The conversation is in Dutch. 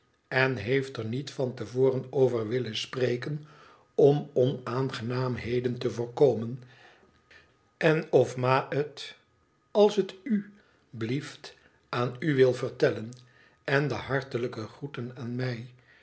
en heeft er niet van te voren over willen spreken om onaangenaamheden te voorkomen en of ma het als t u blieft aan u wil vertellen en de hartelijke groeten aan mij